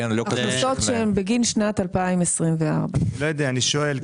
הכנסות שהן בגין שנת 2024. לא יודע, אני שואל.